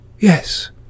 Yes